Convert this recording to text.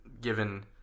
given